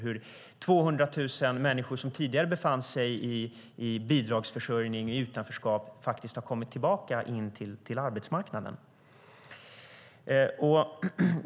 Vi har sett hur 200 000 människor som tidigare befann i bidragsförsörjning, i utanförskap, kommit tillbaka till arbetsmarknaden.